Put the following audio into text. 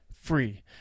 free